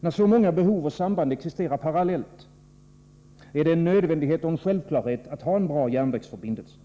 När så många behov och samband existerar parallellt är det en nödvändighet och en självklarhet att ha en bra järnvägsförbindelse.